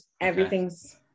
everything's